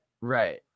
right